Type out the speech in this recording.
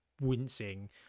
wincing